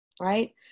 right